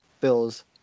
Bills